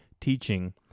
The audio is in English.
teaching